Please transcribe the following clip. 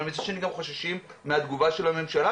אבל מצד שני גם חוששים מהתגובה של הממשלה.